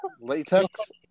Latex